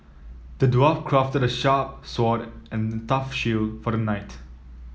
the dwarf crafted a sharp sword and a tough shield for the knight